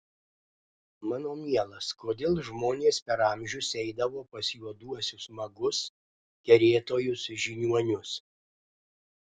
mano mielas kodėl žmonės per amžius eidavo pas juoduosius magus kerėtojus žiniuonius